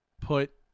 put